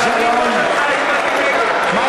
(מחיאות כפיים) רגע,